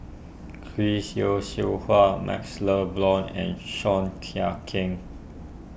Chris Yeo Siew Hua MaxLe Blond and Seah Kian Keng